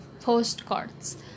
postcards